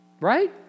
Right